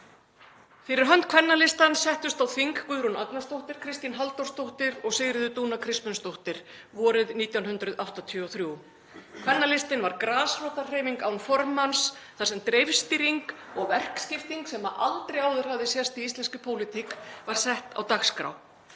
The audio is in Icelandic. Fyrir hönd Kvennalistans settust á þing Guðrún Agnarsdóttir, Kristín Halldórsdóttir og Sigríður Dúna Kristmundsdóttir vorið 1983. Kvennalistinn var grasrótarhreyfing án formanns þar sem dreifstýring og verkaskipting sem aldrei áður hafði sést í íslenskri pólitík var sett á dagskrá.